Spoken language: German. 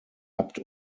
abt